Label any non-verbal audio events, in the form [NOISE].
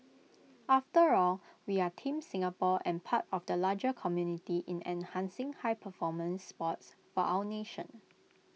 [NOISE] after all we are Team Singapore and part of the larger community in enhancing high performance sports for our nation